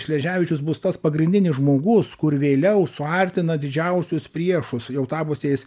šleževičius bus tas pagrindinis žmogus kur vėliau suartina didžiausius priešus jau tapusiais